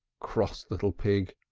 cross little pig!